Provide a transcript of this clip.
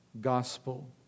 gospel